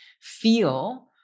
feel